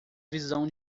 visão